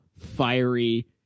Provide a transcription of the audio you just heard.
fiery